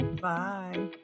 bye